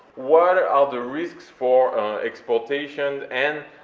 where are the risks for exportation and